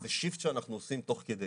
עוד פעם, זה shift שאנחנו עושים תוך כדי.